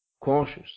cautious